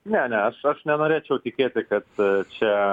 ne ne aš nenorėčiau tikėti kad čia